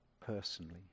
personally